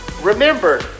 Remember